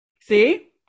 See